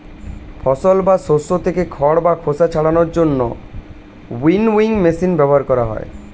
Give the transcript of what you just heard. ফসল বা শস্য থেকে খড় বা খোসা ছাড়ানোর জন্য উইনউইং মেশিন ব্যবহার করা হয়